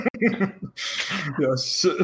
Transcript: Yes